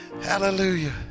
hallelujah